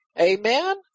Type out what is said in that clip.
Amen